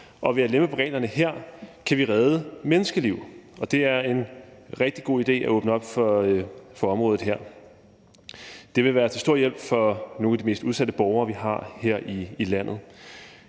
ved at lempe på reglerne her kan vi redde menneskeliv. Det er en rigtig god idé at åbne op for området her. Det vil være til stor hjælp for nogle af de mest udsatte borgere, vi har her i landet.